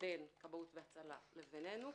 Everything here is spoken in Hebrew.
בין כבאות והצלה לבינינו.